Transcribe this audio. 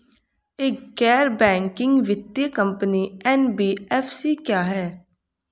एक गैर बैंकिंग वित्तीय कंपनी एन.बी.एफ.सी क्या है?